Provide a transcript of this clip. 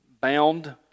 bound